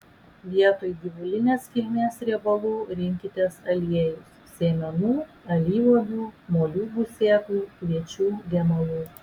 vietoj gyvulinės kilmės riebalų rinkitės aliejus sėmenų alyvuogių moliūgų sėklų kviečių gemalų